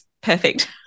perfect